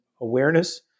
awareness